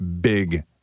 big